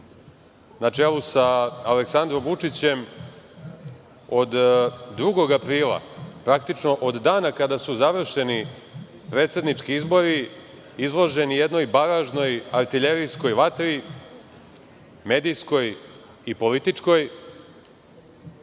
na čelu sa Aleksandrom Vučićem, od 2. aprila, praktično od dana kada su završeni predsednički izbori izloženi jednoj baražnoj artiljerijskoj vatri, medijskoj i političkoj.